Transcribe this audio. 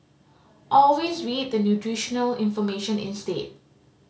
always read the nutritional information instead